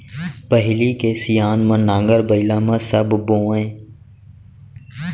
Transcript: पहिली के सियान मन नांगर बइला म सब बोवयँ